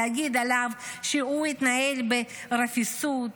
להגיד עליו שהוא התנהל ברפיסות